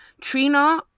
Trina